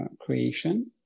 creation